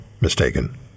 mistaken